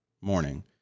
morning